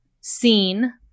seen